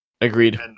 Agreed